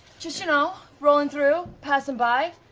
just, you know, rolling through. passing by.